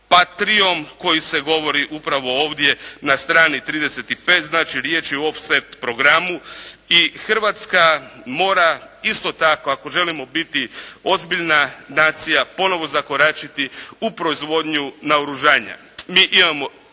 "Patriom" koji se govori upravo ovdje na strani 35. Znači riječ je o off-set programu i Hrvatska mora, isto tako ako želimo biti ozbiljna nacija, ponovo zakoračiti u proizvodnju naoružanja.